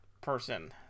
person